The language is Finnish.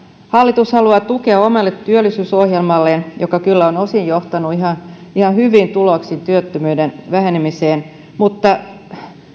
hallitus haluaa tukea omalle työllisyysohjelmalleen joka kyllä on osin johtanut ihan hyviin tuloksiin työttömyyden vähenemiseen mutta